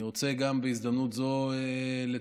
אני רוצה גם בהזדמנות זו לציין,